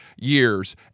years